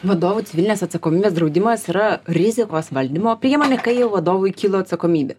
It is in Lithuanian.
vadovų civilinės atsakomybės draudimas yra rizikos valdymo priemonė kai jau vadovui kilo atsakomybė